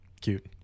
Cute